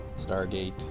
Stargate